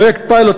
פרויקט פיילוט,